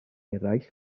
eraill